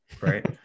Right